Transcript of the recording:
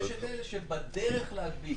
ויש כאלה שבדרך להדביק,